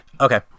Okay